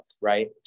right